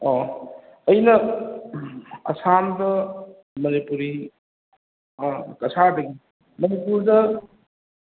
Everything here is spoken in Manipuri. ꯑꯣ ꯑꯩꯅ ꯑꯁꯥꯝꯗ ꯃꯅꯤꯄꯨꯔꯤ ꯑꯥ ꯀꯁꯥꯔꯗꯒꯤ ꯃꯅꯤꯄꯨꯔꯗ